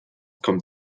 kommt